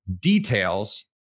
details